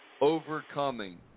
Overcoming